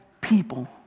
people